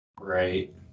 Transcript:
Right